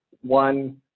One